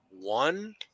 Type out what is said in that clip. one